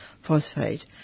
phosphate